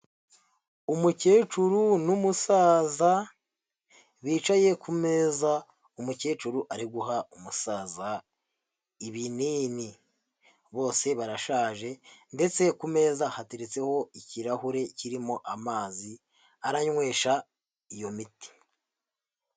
Umukecuru n'umusaza bicaye ku meza, umukecuru ari guha umusaza ibinini. Bose barashaje ndetse ku meza hateretseho ikirahure kirimo amazi aranywesha iyo miti.